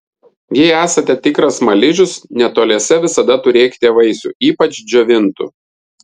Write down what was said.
jei esate tikras smaližius netoliese visada turėkite vaisių ypač džiovintų